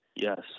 Yes